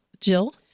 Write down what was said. Jill